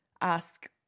ask